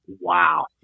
wow